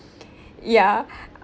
ya